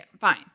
Fine